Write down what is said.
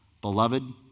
Beloved